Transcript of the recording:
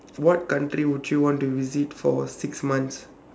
what country would you want to visit for six months